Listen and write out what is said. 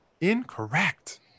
Incorrect